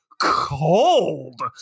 cold